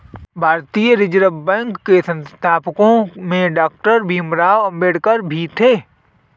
भारतीय reserve bank के संस्थापकों में डॉक्टर भीमराव अंबेडकर भी थे